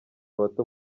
bato